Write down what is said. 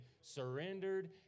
surrendered